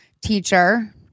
teacher